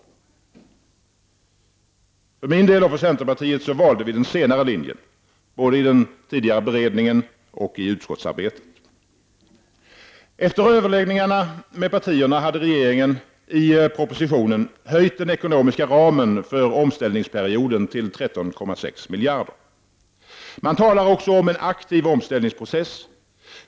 Jag och centerpartiet valde den senare linjen, både i den tidiga beredningen och i utskottsarbetet. Efter överläggningarna med partierna hade regeringen i propositionen utökat den ekonomiska ramen för omställningsperioden till 13,6 miljarder. Man talar också om en aktiv omställningprocess.